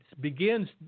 begins